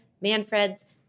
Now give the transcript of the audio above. Manfred's